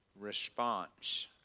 response